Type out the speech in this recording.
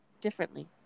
differently